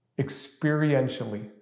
experientially